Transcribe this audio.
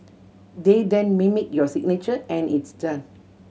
they then mimic your signature and it's done